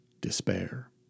despair